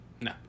No